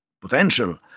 potential